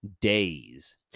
days